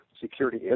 security